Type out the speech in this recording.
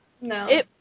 No